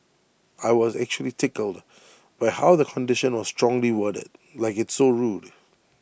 I was actually tickled by how the condition was strongly worded like it's so rude